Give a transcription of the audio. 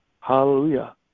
Hallelujah